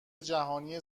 جهانی